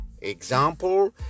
example